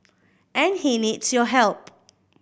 and he needs your help